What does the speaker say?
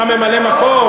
אתה ממלא-מקום?